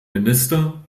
minister